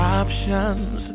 options